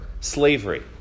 slavery